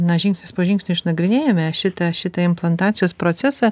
na žingsnis po žingsnio išnagrinėjome šitą šitą implantacijos procesą